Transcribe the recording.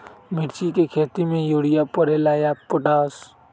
मिर्ची के खेती में यूरिया परेला या पोटाश?